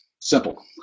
Simple